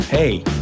Hey